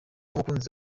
umukunzi